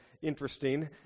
interesting